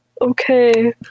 okay